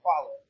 follow